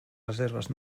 reserves